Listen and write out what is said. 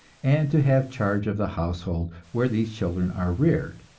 and to have charge of the household where these children are reared,